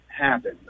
happen